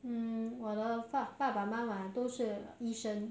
mm 我的爸爸妈妈都是医生